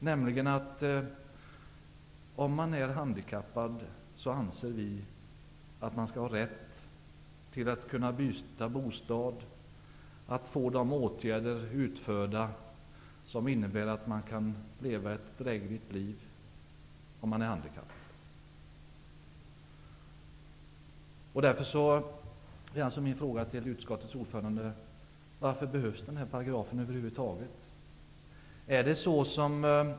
Vi anser att om man är handikappad skall man ha rätt att byta bostad och att få de åtgärder utförda som innebär att man kan leva ett drägligt liv. Därför frågar jag utskottets ordförande varför den här paragrafen över huvud taget behövs.